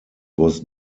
was